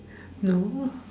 no